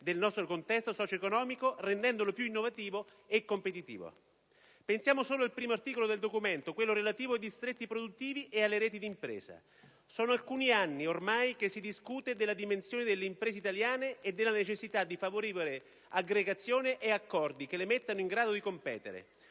del nostro contesto socio-economico rendendolo più innovativo e competitivo: basti pensare al primo articolo del provvedimento, quello relativo ai distretti produttivi e alle reti d'impresa. Sono ormai alcuni anni che si discute della dimensione delle imprese italiane e della necessità di favorire aggregazione e accordi che le mettano in grado di competere.